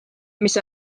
mis